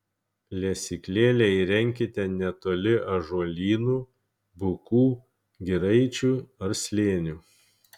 lesyklėlę įrenkite netoli ąžuolynų bukų giraičių ar slėnių